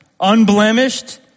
unblemished